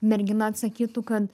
mergina atsakytų kad